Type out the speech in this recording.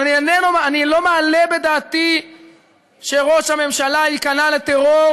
אבל אני לא מעלה בדעתי שראש הממשלה ייכנע לטרור